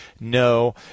No